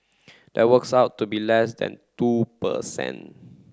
that works out to less than two per cent